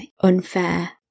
unfair